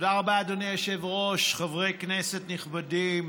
תודה רבה, אדוני היושב-ראש, חברי כנסת נכבדים,